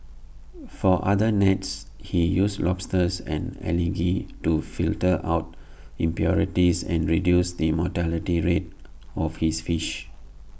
for other nets he uses lobsters and algae to filter out impurities and reduce the mortality rates of his fish